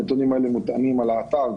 הנתונים האלה מוטענים על האתר,